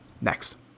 Next